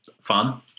fun